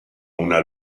una